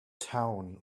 town